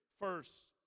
First